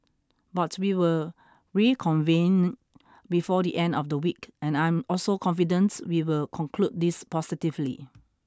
but we will reconvene before the end of the week and I am also confident we will conclude this positively